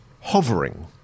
hovering